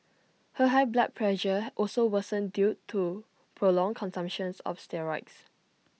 her high blood pressure also worsened due to prolonged consumptions of steroids